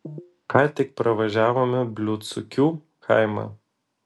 ką tik pravažiavome bliūdsukių kaimą